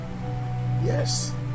Yes